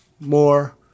more